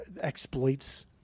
exploits